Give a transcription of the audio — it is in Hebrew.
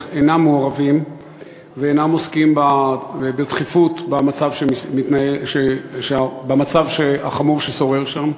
אינם מעורבים ואינם עוסקים בדחיפות במצב החמור ששורר שם.